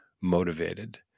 motivated